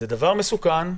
זה מסוכן,